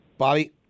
Bobby